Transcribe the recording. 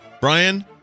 brian